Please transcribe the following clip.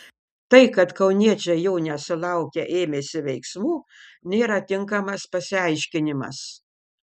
tai kad kauniečiai jo nesulaukę ėmėsi veiksmų nėra tinkamas pasiaiškinimas